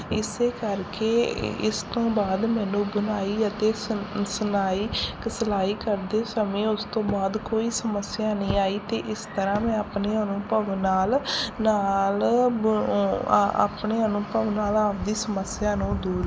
ਇਸ ਕਰਕੇ ਇਸ ਤੋਂ ਬਾਅਦ ਮੈਨੂੰ ਬੁਣਾਈ ਅਤੇ ਸਲ ਸਿਲਾਈ ਸਿਲਾਈ ਕਰਦੇ ਸਮੇਂ ਉਸ ਤੋਂ ਬਾਅਦ ਕੋਈ ਸਮੱਸਿਆ ਨਹੀਂ ਆਈ ਅਤੇ ਇਸ ਤਰ੍ਹਾਂ ਮੈਂ ਆਪਣੇ ਅਨੁਭਵ ਨਾਲ ਨਾਲ ਆਪਣੇ ਅਨੁਭਵ ਨਾਲ ਆਪਣੀ ਸਮੱਸਿਆ ਨੂੰ ਦੂਰ